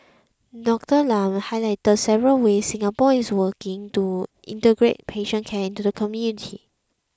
Dr Lam highlighted several ways Singapore is working to integrate patient care into the community